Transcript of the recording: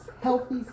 healthy